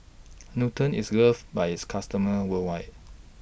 Nutren IS loved By its customers worldwide